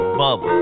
bubble